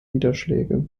niederschläge